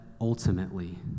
ultimately